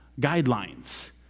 guidelines